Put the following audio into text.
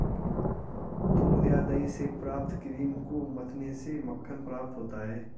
दूध या दही से प्राप्त क्रीम को मथने से मक्खन प्राप्त होता है?